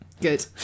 Good